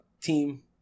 team